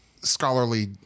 scholarly